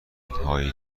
هایی